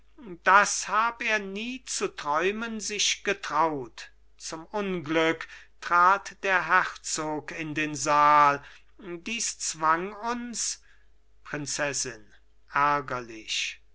das hab er nie zu träumen sich getraut zum unglück trat der herzog in den saal dies zwang uns prinzessin ärgerlich